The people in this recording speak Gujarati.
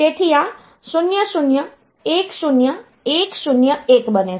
તેથી આ 0010101 બને છે